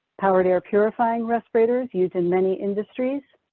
powered air purifying respirators used in many industries,